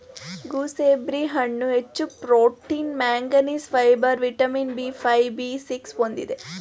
gooseberry ಹಣ್ಣು ಹೆಚ್ಚು protein manganese, fibre vitamin B five, B six ಹೊಂದಿದೆ